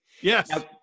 Yes